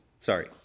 Sorry